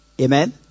amen